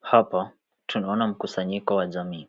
Hapa tunaona mkusanyiko wa jamii,